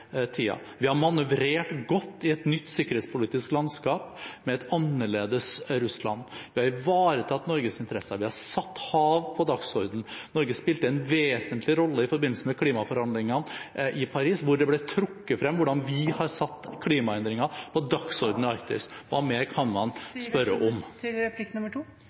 Vi har manøvrert godt i et nytt sikkerhetspolitisk landskap med et annerledes Russland. Vi har ivaretatt Norges interesser. Vi har satt hav på dagsordenen. Norge spilte en vesentlig rolle i forbindelse med klimaforhandlingene i Paris, hvor det ble trukket frem hvordan vi har satt klimaendringer på dagsordenen i Arktis. Hva mer kan man spørre om? Ja, man kan spørre: Vil utenriksministeren ta et initiativ til